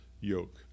yoke